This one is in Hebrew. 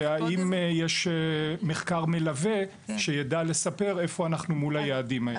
והאם יש מחקר מלווה שיידע לספר איפה אנחנו מול היעדים האלה.